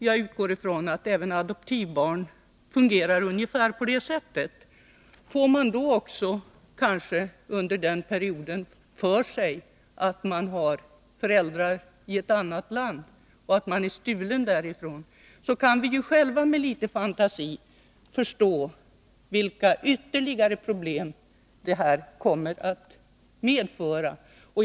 Jag utgår från att även adoptivbarn fungerar ungefär på det sättet. Får de under den perioden också för sig att de är stulna från sina föräldrar i annat land kan vi själva med litet fantasi förstå vilka ytterligare problem det kommer att kunna medföra.